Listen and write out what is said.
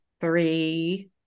three